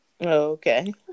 Okay